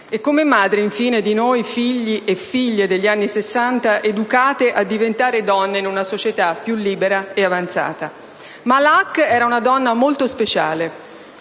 come madri, infine, di noi figli e figlie degli anni Sessanta, educate a diventare donne in una società più libera e avanzata. Ma la Hack era una donna molto speciale.